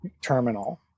terminal